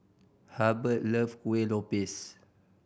Hurbert love Kuih Lopes